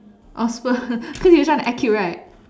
offer cause you just want to act cute right